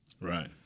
Right